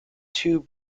two